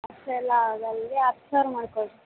ಅಷ್ಟೆಲ್ಲ ಆಗಲ್ಲ ರೀ ಹತ್ತು ಸಾವಿರ ಮಾಡ್ಕೊಳ್ಳಿ ರೀ